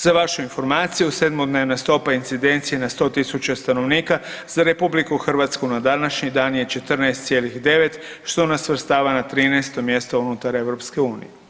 Za vašu informaciju sedmodnevna stopa incidencije na 100.000 stanovnika za RH na današnji dan je 14,9 što nas svrstava na 13-to mjesto unutar EU.